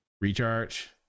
recharge